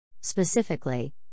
Specifically